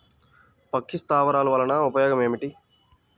పక్షి స్థావరాలు వలన ఉపయోగం ఏమిటి?